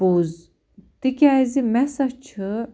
پوٚز تِکیٛازِ مےٚ ہسا چھُ